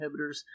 inhibitors